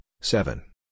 seven